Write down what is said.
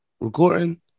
recording